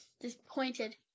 Disappointed